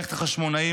מממלכת החשמונאים,